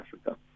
Africa